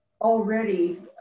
already